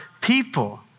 people